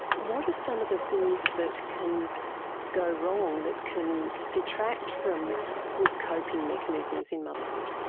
what are some of the things that can go wrong that can detract from good coping mechanisms in motherhood?